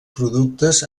productes